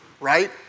right